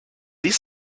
this